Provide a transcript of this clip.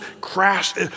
crashed